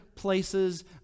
places